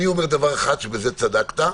אני אומר דבר אחד שבו צדקת,